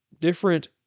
different